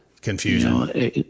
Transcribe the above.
Confusion